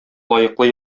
лаеклы